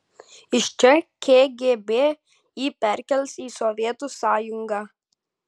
iš čia kgb jį perkels į sovietų sąjungą